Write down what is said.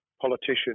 politician